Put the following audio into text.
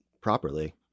properly